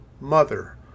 mother